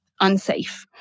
unsafe